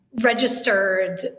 registered